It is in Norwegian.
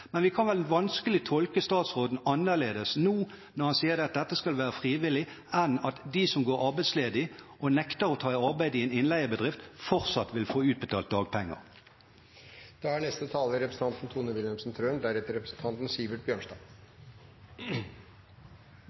Men vi kan vel vanskelig tolke statsråden annerledes nå når han sier at dette skal være frivillig, enn at de som går arbeidsledig og nekter å ta arbeid i en innleiebedrift, fortsatt vil få utbetalt dagpenger. I dag er